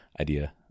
idea